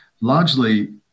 largely